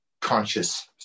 conscious